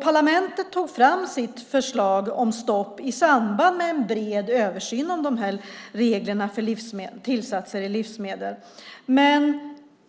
Parlamentet tog fram sitt förslag om stopp i samband med en bred översyn av reglerna för tillsatser i livsmedel.